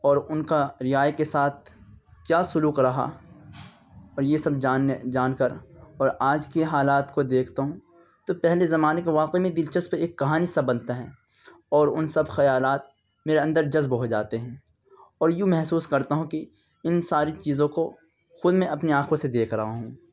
اور ان کا رعایہ کے ساتھ کیا سلوک رہا اور یہ سب جاننے جان کر اور آج کے حالات کو دیکھتا ہوں تو پہلے زمانے کے واقعی میں دلچسپ ایک کہانی سا بنتا ہے اور ان سب خیالات میرے اندر جذب ہو جاتے ہیں اور یوں محسوس کرتا ہوں کہ ان ساری چیزوں کو خود میں اپنی آنکھوں سے دیکھ رہا ہوں